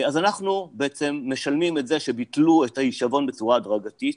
אז אנחנו בעצם משלמים את זה שביטלו את ההישבון בצורה הדרגתית,